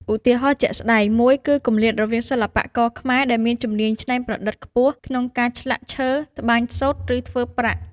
ឧទាហរណ៍ជាក់ស្តែងមួយគឺគម្លាតរវាងសិល្បករខ្មែរដែលមានជំនាញច្នៃប្រឌិតខ្ពស់ក្នុងការឆ្លាក់ឈើ តម្បាញសូត្រ ឬធ្វើប្រាក់។